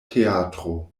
teatro